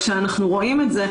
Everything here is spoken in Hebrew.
כשאנחנו רואים את זה,